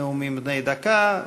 נאומים בני דקה,